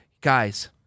guys